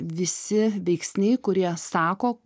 visi veiksniai kurie sako